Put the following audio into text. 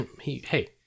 Hey